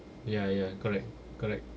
ya ya correct correct